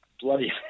Bloody